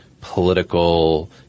political